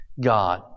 God